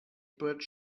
bridge